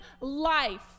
life